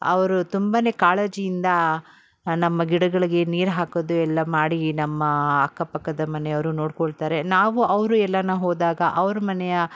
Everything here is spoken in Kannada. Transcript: ಅವರು ತುಂಬನೇ ಕಾಳಜಿಯಿಂದ ನಮ್ಮ ಗಿಡಗಳಿಗೆ ನೀರು ಹಾಕೋದು ಎಲ್ಲ ಮಾಡಿ ನಮ್ಮ ಅಕ್ಕಪಕ್ಕದ ಮನೆಯವರು ನೋಡ್ಕೋಳ್ತಾರೆ ನಾವು ಅವರು ಎಲ್ಲಾರು ಹೋದಾಗ ಅವ್ರ ಮನೆಯ